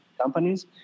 companies